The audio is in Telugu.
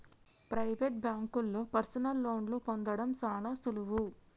ప్రైవేట్ బాంకుల్లో పర్సనల్ లోన్లు పొందడం సాన సులువు